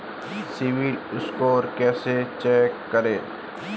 CIBIL score कैसे check करें?